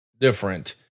different